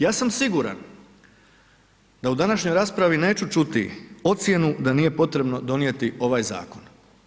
Ja sam siguran da u današnjoj raspravi neću čuti ocjenu da nije potrebno donijeti ovaj zakon.